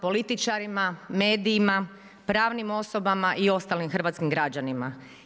političarima, medijima, pravnim osobama i ostalim hrvatskim građanima.